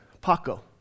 Paco